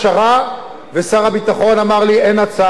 ושר הביטחון אמר לי: אין הצעה טובה מזו.